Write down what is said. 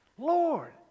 Lord